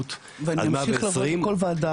בריאות עד 120. ואני אמשיך לבוא לכל וועדה,